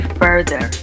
further